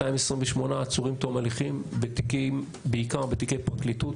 228 עצורים תום הליכים בעיקר בתיקי פרקליטות.